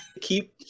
Keep